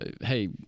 hey